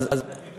המכללות